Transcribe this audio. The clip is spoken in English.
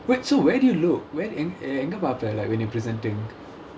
wait so where do you look where எங்க பார்த்த:enga paarthaa like when you presenting